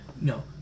No